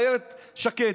איילת שקד,